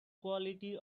quality